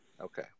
Okay